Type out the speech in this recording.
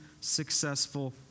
successful